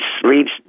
sleeps